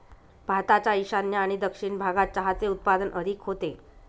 भारताच्या ईशान्य आणि दक्षिण भागात चहाचे उत्पादन अधिक होते